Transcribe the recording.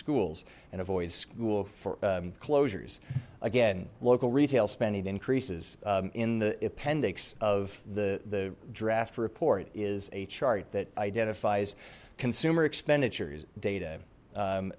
schools and avoid school for closures again local retail spending increases in the appendix of the the draft report is a chart that identifies consumer expenditures data